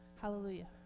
Hallelujah